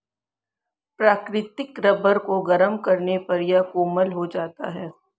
प्राकृतिक रबर को गरम करने पर यह कोमल हो जाता है